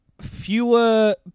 fewer